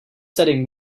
setting